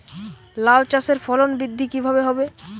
লাউ চাষের ফলন বৃদ্ধি কিভাবে হবে?